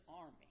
army